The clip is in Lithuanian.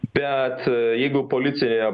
bet jeigu policija